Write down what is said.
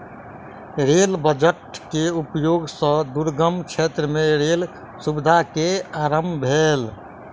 rail budget के उपयोग सॅ दुर्गम क्षेत्र मे रेल सुविधा के आरम्भ भेल